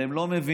והם לא מבינים.